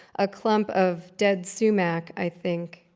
a clump of dead sumac, i think,